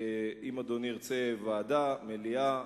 אם אדוני ירצה ועדה או מליאה,